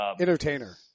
entertainer